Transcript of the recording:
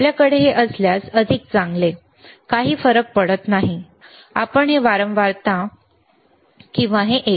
आपल्याकडे हे असल्यास अधिक चांगले काही फरक पडत नाही आपण हे वापरता किंवा हे एक